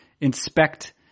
inspect